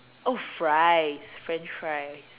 oh fries French fries